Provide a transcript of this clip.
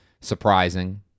surprising